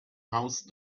house